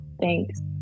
Thanks